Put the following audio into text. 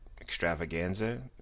extravaganza